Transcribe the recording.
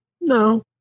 No